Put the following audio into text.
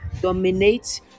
dominate